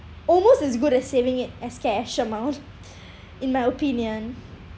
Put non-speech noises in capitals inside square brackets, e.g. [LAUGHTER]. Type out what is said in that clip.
almost as good as saving it as cash amount [BREATH] in my opinion